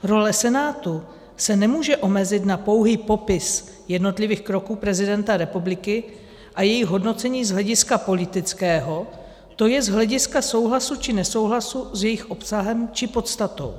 Role Senátu se nemůže omezit na pouhý popis jednotlivých kroků prezidenta republiky a jejich hodnocení z hlediska politického, to je z hlediska souhlasu či nesouhlasu s jejich obsahem či podstatou.